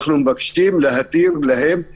אנחנו מבקשים להתיר להם לעבוד,